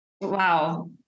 Wow